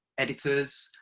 editors,